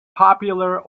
popular